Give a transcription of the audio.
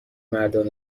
مردان